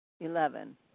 Eleven